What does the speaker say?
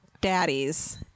daddies